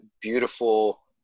beautiful